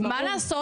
מה לעשות?